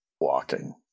walking